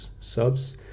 subs